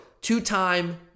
two-time